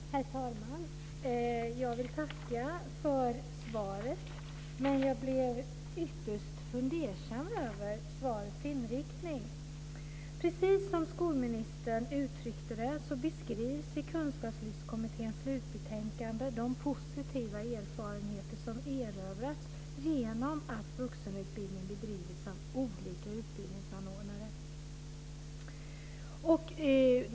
Herr talman! Jag vill tacka för svaret. Jag blev ytterst fundersam över svarets inriktning. Precis som skolministern uttryckte det beskrivs i Kunskapslyftskommitténs slutbetänkande de positiva erfarenheter som erövrats genom att vuxenutbildning bedrivits av olika utbildningsanordnare.